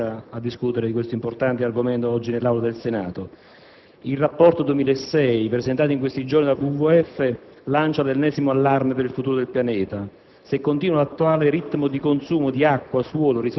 ringraziamo il Ministro per la sensibilità mostrata a discutere di questo importante argomento oggi nell'Aula del Senato. II rapporto 2006, presentato in questi giorni dal WWF, lancia l'ennesimo allarme per il futuro del pianeta: